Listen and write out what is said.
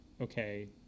okay